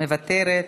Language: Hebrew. מוותרת,